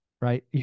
Right